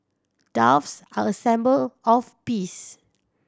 doves are a symbol of peace